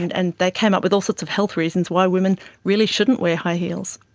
and and they came up with all sorts of health reasons why women really shouldn't wear high heels.